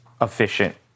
Efficient